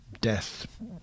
death